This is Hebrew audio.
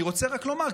אני רוצה רק לומר,